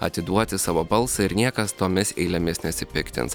atiduoti savo balsą ir niekas tomis eilėmis nesipiktins